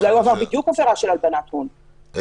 גברתי.